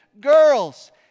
Girls